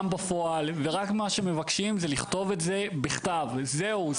בפועל ורק מה שמבקשים זה לכתוב את זה בכתב זהו,